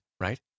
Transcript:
right